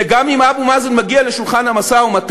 וגם אם אבו מאזן מגיע לשולחן המשא-ומתן,